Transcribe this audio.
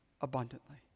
abundantly